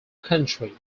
country